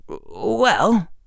Well